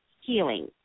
healing